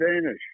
Danish